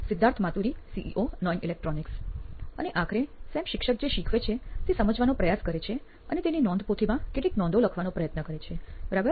Siddharth Maturi CEO નોઇન electronics અને આખરે સેમ શિક્ષક જે શીખવે છે તે સમજવાનો પ્રયાસ કરે છે અને તેની નોંધપોથીમાં કેટલીક નોંધો લખવાનો પ્રયત્ન કરે છે બરાબર